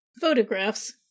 Photographs